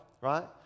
right